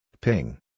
Ping